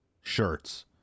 shirts